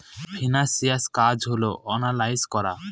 financial কাজ হল analyse করা